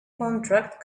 contract